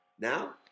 Now